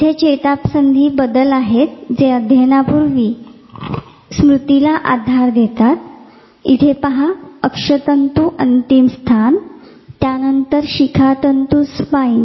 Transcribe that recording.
इथे चेतासंधी बदल आहेत जे अध्ययनापूर्वी स्मृतीला आधार देतात इथे पहा अक्षतंतू अंतिमस्थान त्यानंतर शिखतंतू स्पाईन